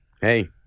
Hey